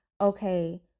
okay